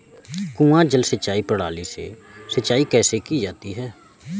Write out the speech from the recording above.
कुआँ जल सिंचाई प्रणाली से सिंचाई कैसे की जाती है?